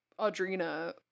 Audrina